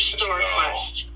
StoreQuest